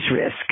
risk